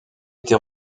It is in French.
été